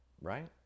right